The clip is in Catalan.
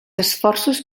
esforços